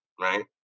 right